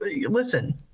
Listen